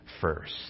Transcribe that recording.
first